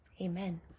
Amen